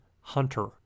Hunter